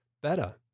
better